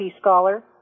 scholar